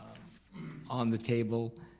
on the table